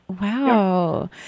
Wow